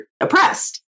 oppressed